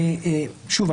שוב,